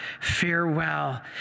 Farewell